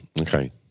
Okay